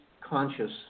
conscious